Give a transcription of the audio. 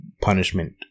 punishment